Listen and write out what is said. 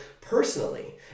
personally